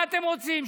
מה אתם רוצים,